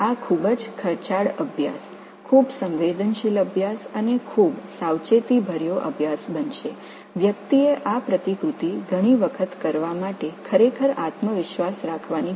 இதை பல முறை செய்வதில் ஒருவர் உண்மையிலேயே நம்பிக்கையுடன் இருக்க வேண்டும் பின்னர் ஒரு குறிப்பிட்ட சூழலில் இந்த வேதியியல் பற்றிய முடிவை எடுக்க வேண்டும்